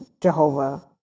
Jehovah